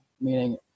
Meaning